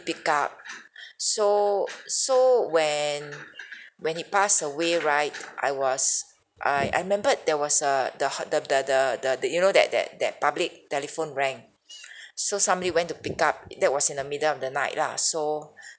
pick up so so when when he passed away right I was I I remembered there was a the h~ the the the the you know that that that public telephone rang so somebody went to pick up that was in the middle of the night lah so